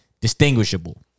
distinguishable